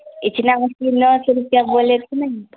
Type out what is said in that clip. اچلا مچھلی نو سو روپیہ بولے تھے نہیں